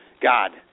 God